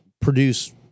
produce